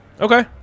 Okay